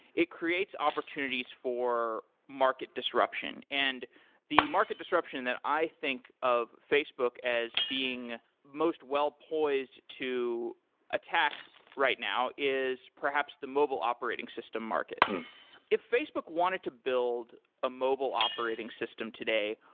it creates opportunities for market disruption. and the market disruption that i think of facebook as being most well-poised to attack right now is perhaps the mobile operating system market if facebook wanted to build a mobile operating system today,